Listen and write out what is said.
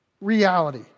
reality